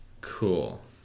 cool